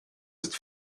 ist